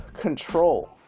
Control